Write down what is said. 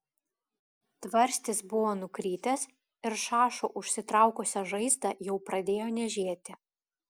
tvarstis buvo nukritęs ir šašu užsitraukusią žaizdą jau pradėjo niežėti